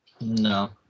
No